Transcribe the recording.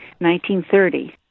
1930